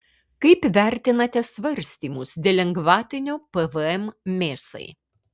kaip vertinate svarstymus dėl lengvatinio pvm mėsai